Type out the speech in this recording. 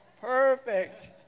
Perfect